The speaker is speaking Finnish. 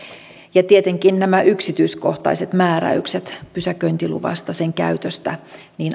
tietenkin nämä yksityiskohtaiset määräykset pysäköintiluvasta sen käytöstä